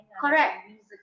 correct